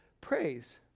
praise